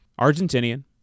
argentinian